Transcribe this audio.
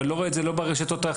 ואני לא רואה את זה ברשתות החברתיות,